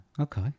Okay